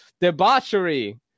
debauchery